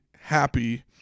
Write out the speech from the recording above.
happy